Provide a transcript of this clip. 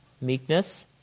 meekness